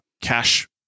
cash